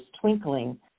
twinkling